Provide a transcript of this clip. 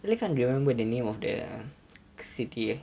I really can't remember the name of the city